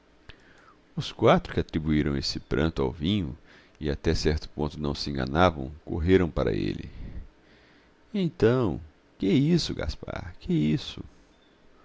os quatro que atribuíram esse pranto ao vinho e até certo ponto não se enganavam correram para ele então que é isso gaspar que é isso